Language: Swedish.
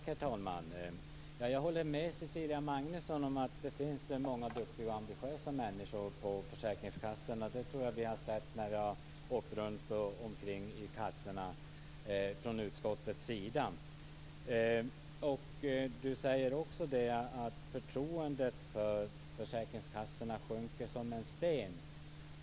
Herr talman! Jag håller med dig, Cecilia Magnusson, om att det finns många duktiga och ambitiösa människor på försäkringskassorna. Det tror jag att vi har sett när vi har åkt runt till kassorna från utskottets sida. Du säger också att förtroendet för försäkringskassorna sjunker som en sten.